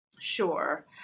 Sure